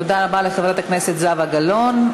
תודה רבה לחברת הכנסת זהבה גלאון.